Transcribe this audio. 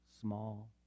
small